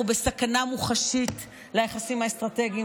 אנחנו בסכנה מוחשית ליחסים האסטרטגיים,